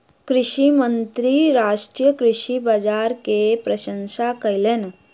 कृषि मंत्री राष्ट्रीय कृषि बाजार के प्रशंसा कयलैन